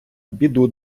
біду